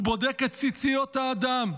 הוא בודק את ציציות האדם,